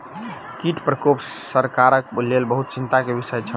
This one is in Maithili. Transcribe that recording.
कीट प्रकोप सरकारक लेल बहुत चिंता के विषय छल